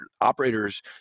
operators